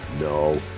No